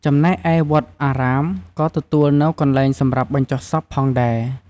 ចំណែកឯវត្តអារាម ក៏ទទួលនៅកន្លែងសម្រាប់បញ្ចុះសាកសពផងដែរ។